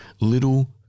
little